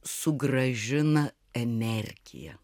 sugrąžina energiją